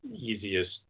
easiest